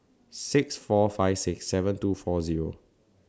six four five six seven two four Zero